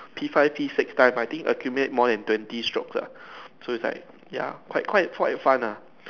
P five P six time I think accumulate more than twenty strokes lah so it's like ya quite quite quite fun lah